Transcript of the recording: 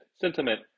sentiment